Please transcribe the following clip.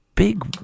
big